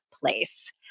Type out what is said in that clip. place